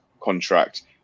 contract